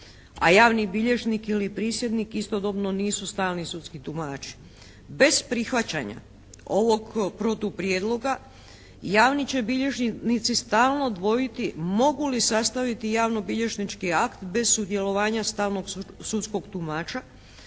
a javni bilježnik ili prisjednik istodobno nisu stalni sudski tumači. Bez prihvaćanja ovog protuprijedloga javni će bilježnici stalno dvojiti mogu li sastaviti javno-bilježnički akt bez sudjelovanja stalnog sudskog tumača